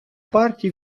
партій